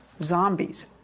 Zombies